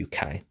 uk